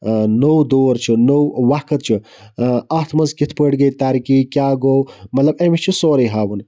نوٚو دور چھُ نوٚو وَقت چھُ اتھ مَنٛز کِتھ پٲٹھۍ گٔیہِ ترقی کیاہ گوٚو مَطلَب أمِس چھ سورُے ہاوُن